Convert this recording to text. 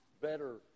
better